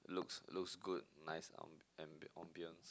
looks looks good nice am~ am~ ambience